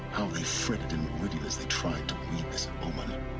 how they fretted in meridian as they tried to this omen